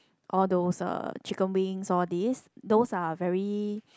all those uh chicken wings all these those are very